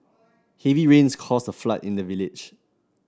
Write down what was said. heavy rains caused a flood in the village